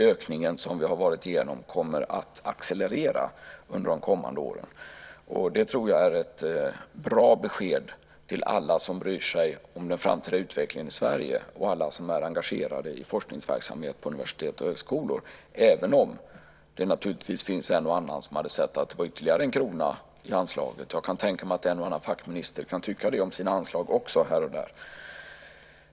Ökningen, som vi har varit igenom, kommer att accelerera under de kommande åren. Det tror jag är ett bra besked till alla som bryr sig om den framtida utvecklingen i Sverige och alla som är engagerade i forskningsverksamhet på universitet och högskolor, även om det naturligtvis finns en och annan som gärna hade sett att det var ytterligare en krona i anslaget. Jag kan tänka mig att en och annan fackminister också kan tycka det om sina anslag här och där.